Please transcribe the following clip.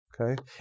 okay